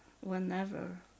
whenever